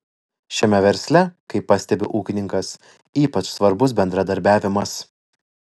šiame versle kaip pastebi ūkininkas ypač svarbus bendradarbiavimas